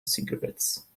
cigarettes